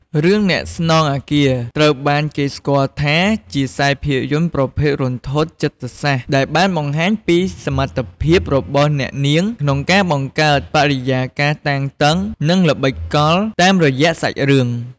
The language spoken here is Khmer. រឿង អ្នកស្នងអគារ ត្រូវបានគេស្គាល់ថាជាខ្សែភាពយន្តប្រភេទ រន្ធត់ចិត្តសាស្ត្រ ដែលបានបង្ហាញពីសមត្ថភាពរបស់អ្នកនាងក្នុងការបង្កើតបរិយាកាសតានតឹង និងល្បិចកលតាមរយៈសាច់រឿង។